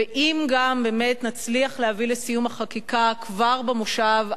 ואם גם באמת נצליח להביא לסיום החקיקה כבר במושב,